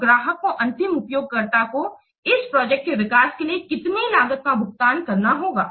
तो ग्राहक को अंतिम उपयोगकर्ता को इस प्रोजेक्ट के विकास के लिए कितनी लागत का भुगतान करना होगा